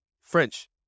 French